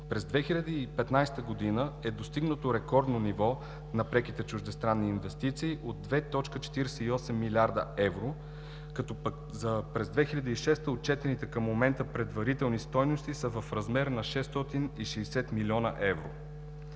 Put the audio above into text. През 2015 г. е достигнато рекордно ниво на преките чуждестранни инвестиции от 2,48 млрд. евро, като пък през 2016 г. отчетените към момента предварителни стойности са в размер на 660 млн. евро.